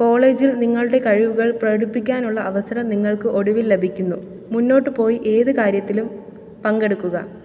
കോളേജിൽ നിങ്ങളുടെ കഴിവുകൾ പ്രകടിപ്പിക്കാനുള്ള അവസരം നിങ്ങൾക്ക് ഒടുവിൽ ലഭിക്കുന്നു മുന്നോട്ട് പോയി ഏത് കാര്യത്തിലും പങ്കെടുക്കുക